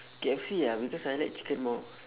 K_F_C ah because I like chicken more